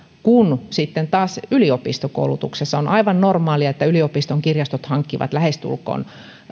kun sitten taas yliopistokoulutuksessa on aivan normaalia että yliopistojen kirjastot hankkivat lähestulkoon